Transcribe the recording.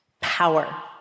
power